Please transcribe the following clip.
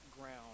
ground